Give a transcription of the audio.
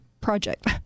project